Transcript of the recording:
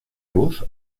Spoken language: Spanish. luz